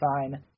fine